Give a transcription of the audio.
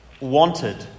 Wanted